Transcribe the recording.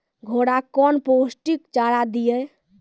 घोड़ा कौन पोस्टिक चारा दिए?